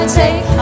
take